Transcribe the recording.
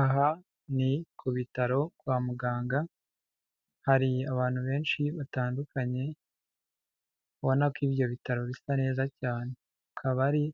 Aha ni ku bitaro kwa muganga, hari abantu benshi batandukanye, ubona ko ibyo bitaro bisa neza cyane. Akaba ari